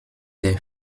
der